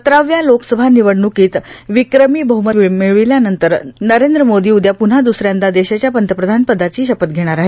सतराव्या लोकसभा लिवडण्कीत विक्रमी बहमत मिळविल्यानंतर नरेंद्र मोदी उद्या प्न्हा दुसऱ्यांदा देशाच्या पंतप्रधान पदाची शपथ घेणार आहे